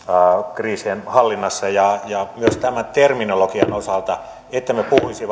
kriisien hallinnassa ja ja myös terminologian osalta että emme puhuisi